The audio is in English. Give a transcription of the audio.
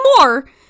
more